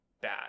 bad